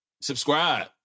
Subscribe